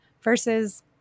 versus